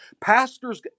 Pastors